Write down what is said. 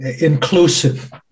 inclusive